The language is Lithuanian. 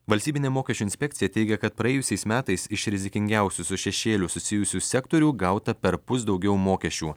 valstybinė mokesčių inspekcija teigia kad praėjusiais metais iš rizikingiausių su šešėliu susijusių sektorių gauta perpus daugiau mokesčių